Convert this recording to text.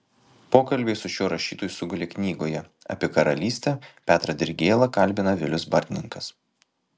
pokalbiai su šiuo rašytoju sugulė knygoje apie karalystę petrą dirgėlą kalbina vilius bartninkas